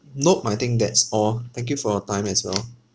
nope I think that's all thank you for your time as well